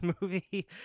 movie